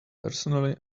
personally